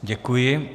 Děkuji.